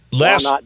last